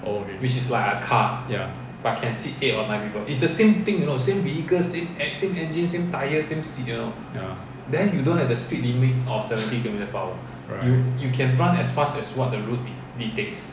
oh okay ya ya right